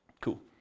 Cool